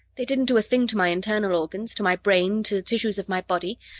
they didn't do a thing to my internal organs, to my brain, to the tissues of my body.